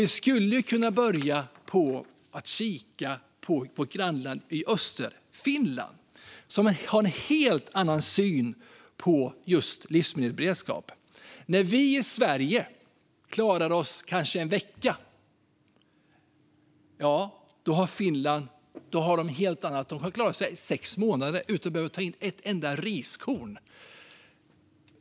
Vi skulle kunna börja med att kika på vårt grannland i öster, Finland, som har en helt annan syn på just livsmedelsberedskap. När vi i Sverige klarar oss kanske en vecka kan Finland klara sig sex månader utan att behöva ta in ett enda riskorn.